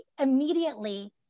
immediately